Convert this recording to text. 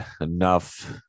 enough